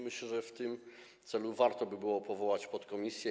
Myślę, że w tym celu warto by było powołać podkomisję.